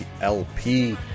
LP